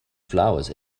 flowers